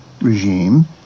regime